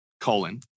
Colon